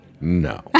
No